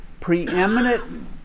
preeminent